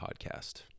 podcast